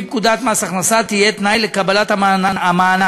פקודת מס הכנסה תהיה תנאי לקבלת המענק.